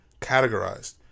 categorized